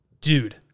Dude